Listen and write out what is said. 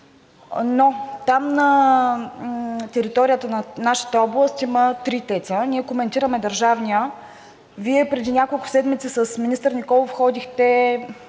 микса. На територията на нашата област има три ТЕЦ-а. Ние коментираме държавния. Вие преди няколко седмици с министър Николов ходихте